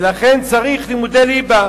ולכן צריך לימודי ליבה.